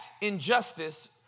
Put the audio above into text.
injustice